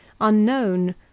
unknown